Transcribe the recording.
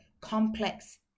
complex